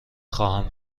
خواهم